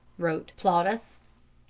wrote plautus.